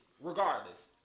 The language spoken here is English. regardless